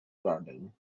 garden